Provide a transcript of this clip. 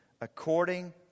according